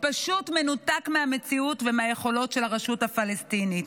פשוט מנותק מהמציאות ומהיכולות של הרשות הפלסטינית.